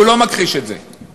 הוא לא מכחיש שהוא